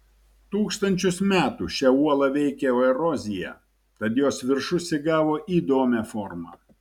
tūkstančius metų šią uolą veikė erozija tad jos viršus įgavo įdomią formą